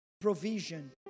provision